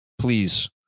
Please